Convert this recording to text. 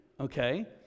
Okay